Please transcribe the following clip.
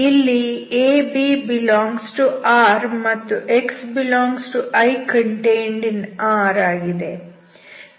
ಇಲ್ಲಿ a b ∈ R ಮತ್ತು xIR ಆಗಿದೆ